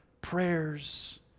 prayers